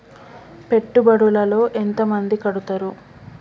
పెట్టుబడుల లో ఎంత మంది కడుతరు?